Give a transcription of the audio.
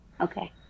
Okay